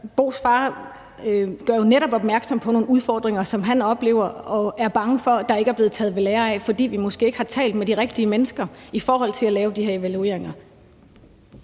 Bos far gør jo netop opmærksom på nogle udfordringer, som han oplever, og som han er bange for der ikke er blevet taget ved lære af, fordi vi måske ikke har talt med de rigtige mennesker i forhold til at lave de her evalueringer.